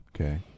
Okay